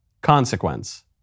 consequence